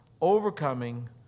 overcoming